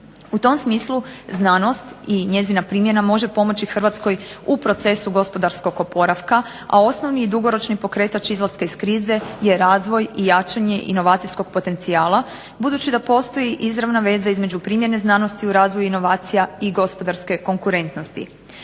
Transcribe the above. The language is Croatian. U tom smislu znanost i njezina primjena može pomoći Hrvatskoj u procesu gospodarskog oporavka, a osnovni i dugoročni pokretač izlaska iz krize je razvoj i jačanje inovacijskog potencijala budući da postoji izravna veza između primjena znanosti u razvoju inovacija i gospodarske konkurentnosti.